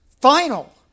final